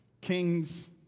kings